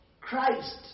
Christ